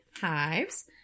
hives